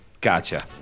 Gotcha